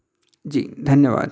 जी धन्यवाद